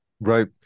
Right